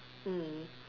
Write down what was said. mm